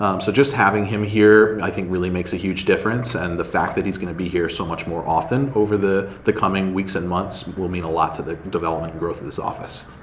um so just having him here, i think, really makes a huge difference, and the fact that he's going to be here so much more often over the the coming weeks and months will mean a lot to the development and growth of this office.